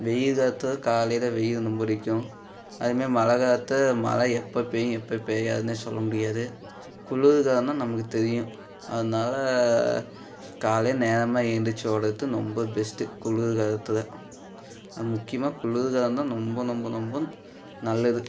வெயில் காலத்தில் காலையில் வெயில் ரொம்ப அடிக்கும் அதுமாரி மழை காலத்தில் மழை எப்போ பெய்யும் எப்போ பெய்யாதுன்னே சொல்ல முடியாது குளிர் காலம் தான் நமக்கு தெரியும் அதனால் காலையில் நேரமாக எழுந்திரிச்சி ஓடுறத்து ராெம்ப பெஸ்ட்டு குளிர் காலத்தில் அது முக்கியமா குளிர் காலம் தான் ரொம் ரொம்ப ரொம்ப நல்லது